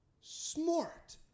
smart